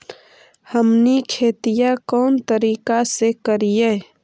हमनी खेतीया कोन तरीका से करीय?